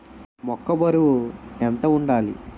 మొక్కొ బరువు ఎంత వుండాలి?